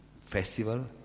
festival